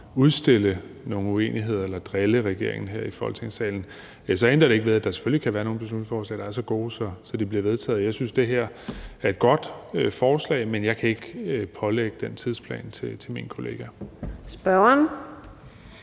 udstille nogle uenigheder eller drille regeringen her i Folketingssalen, så ændrer det ikke ved, at der selvfølgelig kan være nogle beslutningsforslag, der er så gode, at de bliver vedtaget. Jeg synes, det her er et godt forslag, men jeg kan ikke pålægge mine kollegaer den